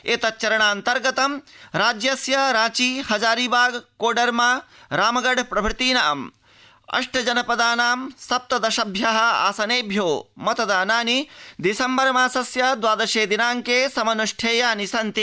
एतच्चरणान्तर्गतं राज्यस्य रांची हज़ारीबाग कोडरमा रामगढ़ प्रभृतीनाम् अष्ट जनपदानां सप्तदशभ्य आसनेभ्यो मतदानानि डिसेम्बर मासस्य द्वादशे दिनांके समन्ष्ठेयानि सन्ति